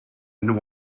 and